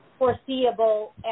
foreseeable